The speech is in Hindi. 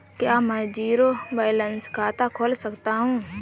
क्या मैं ज़ीरो बैलेंस खाता खोल सकता हूँ?